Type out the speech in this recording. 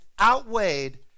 Outweighed